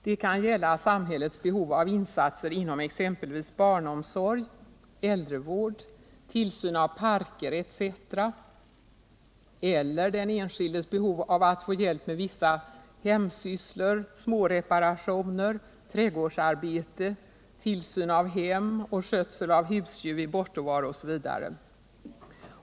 Det kan gälla samhällets behov av insatser inom exempelvis barnomsorg, äldrevård, tillsyn av parker etc. eller den enskildes behov att få hjälp med vissa hemsysslor, småreparationer, trädgårdsarbete, tillsyn av hem och skötsel av husdjur vid bortavaro osv.